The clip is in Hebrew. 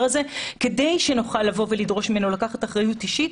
הזה כדי שנוכל לדרוש ממנו לקחת אחריות אישית.